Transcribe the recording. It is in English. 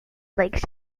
lake